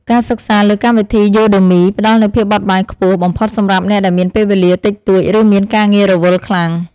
ការសិក្សាលើកម្មវិធីយូដឺមីផ្តល់នូវភាពបត់បែនខ្ពស់បំផុតសម្រាប់អ្នកដែលមានពេលវេលាតិចតួច ឬមានការងាររវល់ខ្លាំង។